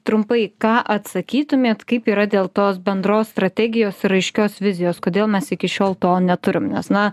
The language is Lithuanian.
trumpai ką atsakytumėt kaip yra dėl tos bendros strategijos ir aiškios vizijos kodėl mes iki šiol to neturim nes na